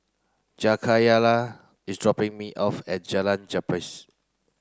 Jakayla is dropping me off at Jalan Gapis